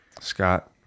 Scott